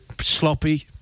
sloppy